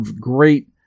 great